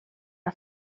are